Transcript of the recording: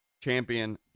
champion